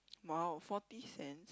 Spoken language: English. !wow! forty cents